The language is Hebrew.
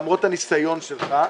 למרות הניסיון שלך,